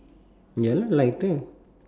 ya lighter